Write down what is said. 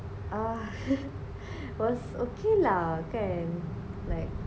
uh was okay lah kan like